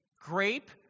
grape